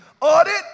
Audit